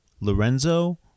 Lorenzo